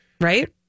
right